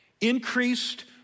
Increased